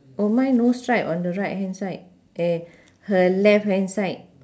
oh mine no stripe on the right hand side eh her left hand side